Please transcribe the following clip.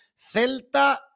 celta